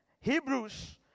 Hebrews